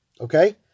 Okay